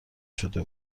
شده